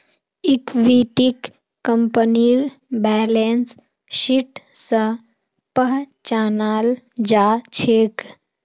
इक्विटीक कंपनीर balance sheet स पहचानाल जा छेक